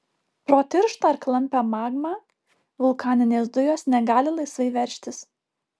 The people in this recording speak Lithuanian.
pro tirštą ir klampią magmą vulkaninės dujos negali laisvai veržtis